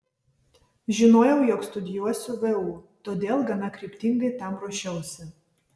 žinojau jog studijuosiu vu todėl gana kryptingai tam ruošiausi